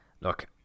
Look